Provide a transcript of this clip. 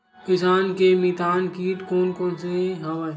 किसान के मितान कीट कोन कोन से हवय?